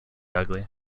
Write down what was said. ugly